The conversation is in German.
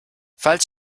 falls